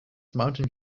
mountain